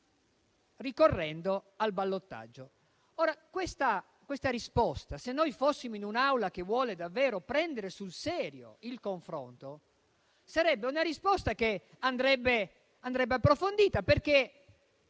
ricorrendo al ballottaggio. Questa risposta se noi fossimo in un'Aula che vuole davvero prendere sul serio il confronto, andrebbe approfondita